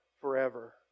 forever